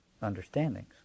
understandings